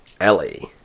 Ellie